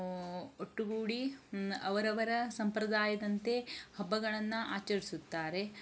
ಒಟ್ಟುಗೂಡಿ ಅವರವರ ಸಂಪ್ರದಾಯದಂತೆ ಹಬ್ಬಗಳನ್ನು ಆಚರಿಸುತ್ತಾರೆ